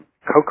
cocoa